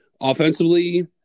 offensively